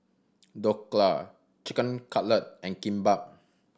Dhokla Chicken Cutlet and Kimbap